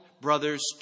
brother's